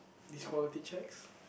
this quality checks